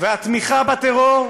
והתמיכה בטרור,